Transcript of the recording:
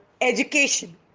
education